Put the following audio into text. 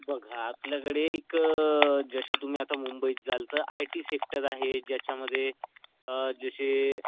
बघा आपल्याकडे एक जसे तुम्ही आता मुंबईत जाल तर आय टी सेक्टर आहे ज्याच्यामध्ये जसे